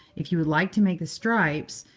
if you would like to make the stripes,